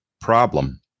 problem